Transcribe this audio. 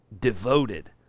devoted